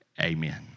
amen